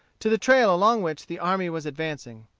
to the trail along which the army was advancing.